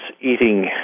eating